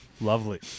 Lovely